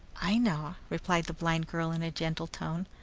i know, replied the blind girl in a gentle tone.